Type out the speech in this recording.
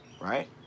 right